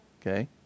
Okay